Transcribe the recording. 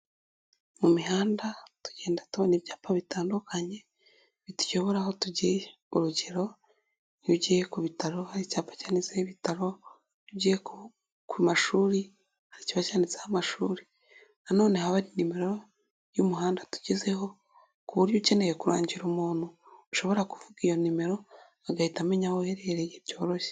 Mu mihanda tugenda tubona ibyapa bitandukanye bituyobora aho tugiye urugero iyo ugiye ku bitaro hari icyapa cyanditseho ibitaro, iyo ugiye ku mashuri haba hari icyapa cyanyanditseho amashuri, nanone haba haba hari nimero y'umuhanda tugezeho ku buryo ukeneye kurangira umuntu ushobora kuvuga iyo nimero agahita amenya aho uherereye byoroshye.